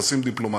יחסים דיפלומטיים,